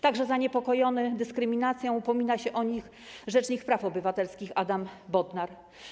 Także zaniepokojony dyskryminacją upomina się o nich rzecznik praw obywatelskich Adam Bodnar.